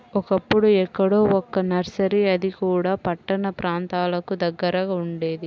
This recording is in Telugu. ఒకప్పుడు ఎక్కడో ఒక్క నర్సరీ అది కూడా పట్టణ ప్రాంతాలకు దగ్గరగా ఉండేది